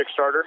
Kickstarter